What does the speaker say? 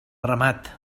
ramat